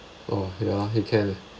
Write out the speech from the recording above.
oh ya roughly can